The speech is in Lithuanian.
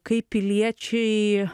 kaip piliečiai